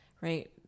right